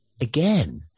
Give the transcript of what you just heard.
again